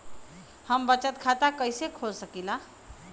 हम बचत खाता कईसे खोल सकिला?